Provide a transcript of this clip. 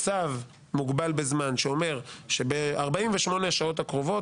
צו מוגבל בזמן שאומר שב-48 השעות הקרובות